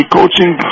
coaching